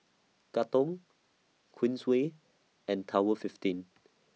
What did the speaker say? Katong Queensway and Tower fifteen